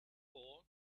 for